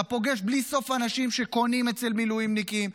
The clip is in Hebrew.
אתה פוגש אנשים בלי סוף שקונים אצל מילואימניקים,